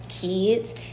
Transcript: kids